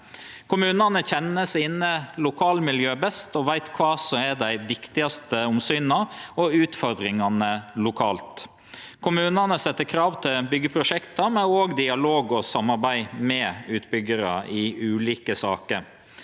Kommunane kjenner sine lokalmiljø best og veit kva som er dei viktigaste omsyna og utfordringane lokalt. Kommunane set krav til byggjeprosjekta, men har òg dialog og samarbeid med utbyggjarar i ulike saker.